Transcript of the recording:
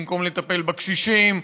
במקום לטפל בקשישים,